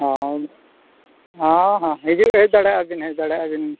ᱦᱳᱭ ᱦᱚᱸ ᱦᱚᱸ ᱦᱤᱡᱩᱜ ᱦᱮᱡ ᱫᱟᱲᱮᱭᱟᱜᱼᱟ ᱵᱤᱱ ᱦᱮᱡ ᱫᱟᱲᱮᱭᱟᱜ ᱵᱤᱱ